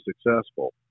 successful